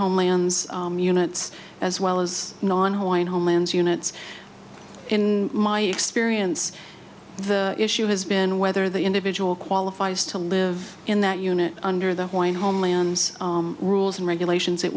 homelands units as well as non hawaiian homelands units in my experience the issue has been whether the individual qualifies to live in that unit under the white homelands rules and regulations